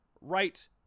right